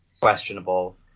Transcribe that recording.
questionable